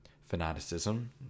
fanaticism